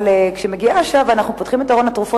אבל כשמגיעה השעה ואנחנו פותחים את ארון התרופות,